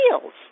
feels